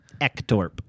Ektorp